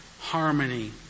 harmony